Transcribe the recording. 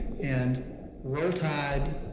and roll tide.